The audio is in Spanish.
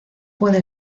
puede